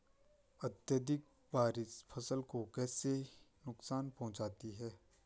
अत्यधिक बारिश फसल को कैसे नुकसान पहुंचाती है?